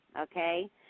okay